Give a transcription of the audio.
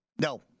No